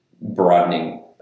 broadening